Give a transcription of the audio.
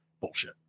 Bullshit